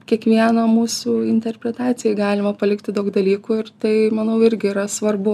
kiekvieno mūsų interpretacijai galima palikti daug dalykų ir tai manau irgi yra svarbu